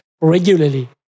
regularly